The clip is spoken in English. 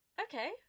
Okay